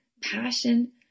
passion